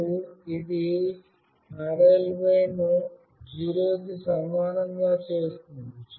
మరియు ఇది "rly" ను 0 కి సమానం చేస్తుంది